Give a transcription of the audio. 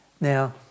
Now